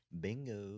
Bingo